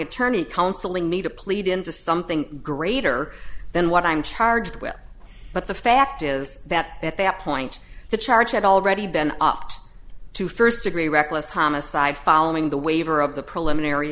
attorney counseling me to plead into something greater than what i'm charged with but the fact is that at that point the charge had already been off to first degree reckless homicide following the waiver of the preliminary